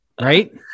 Right